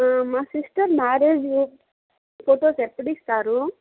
మా sister marriage photos ఎప్పుడిస్తారు